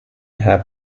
have